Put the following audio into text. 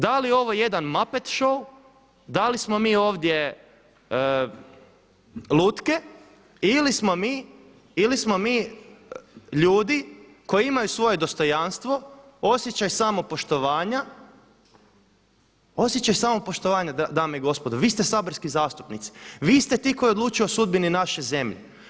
Da li je ovo jedan MaPet show, da li smo mi ovdje lutke ili smo mi ljudi koji imaju svoje dostojanstvo, osjećaj samopoštovanja, osjećaj samopoštovanja dame i gospodo, vi ste saborski zastupnici, vi ste ti koji odlučuju o sudbini naše zemlje.